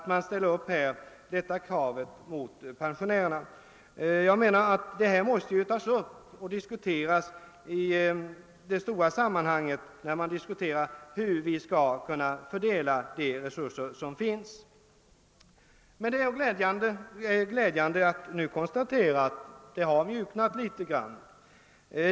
Denna fråga måste sättas in i ett större sammanhang, i samband med diskussionen om hur vi skall fördela de resurser som finns. Men det är glädjande att kunna konstatera att inställningen har mjuknat litet grand.